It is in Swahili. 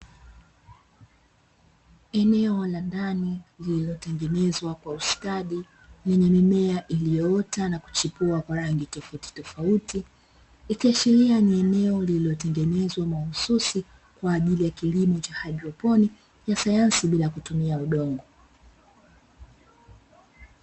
Eneo la ndani lililotengenezwa kwa ustadi lenye mimea iliyoota na kuchipua kwa rangi tofautitofauti, ikiashiria ni eneo lililotengenezwa mahususi kwa kilimo cha haidroponi ya sayansi bila kutumia udongo.